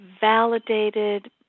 validated